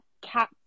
Cat